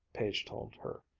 page told her,